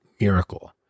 miracle